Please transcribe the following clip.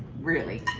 really.